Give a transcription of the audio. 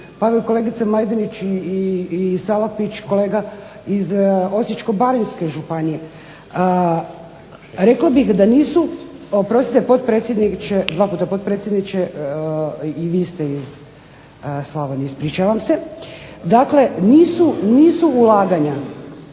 pa kolegica Majdenić i Salapić kolega iz Osječko-baranjske županije rekla bih da nisu, oprostite potpredsjedniče, dva puta potpredsjedniče i vi ste iz Slavonije, ispričavam se, dakle nisu ulaganja